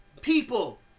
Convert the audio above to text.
people